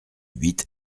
huit